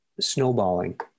snowballing